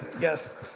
yes